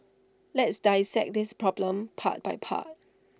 let's dissect this problem part by part